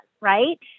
right